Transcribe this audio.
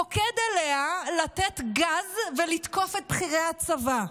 פוקד עליה לתת גז ולתקוף את בכירי הצבא.